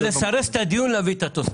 להביא את זה לפה זה לסרס את הדיון.